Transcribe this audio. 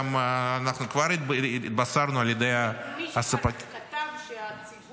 שאנחנו כבר התבשרנו על ידי הספק --- מישהו אחד כתב שהציבור